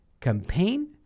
campaign